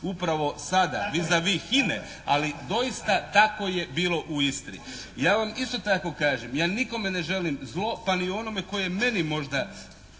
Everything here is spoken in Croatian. upravo sada vis a vis HINA-e, ali doista tako je bilo u Istri. Ja vam isto tako kažem, ja nikome ne želim zlo, pa ni onome tko je meni možda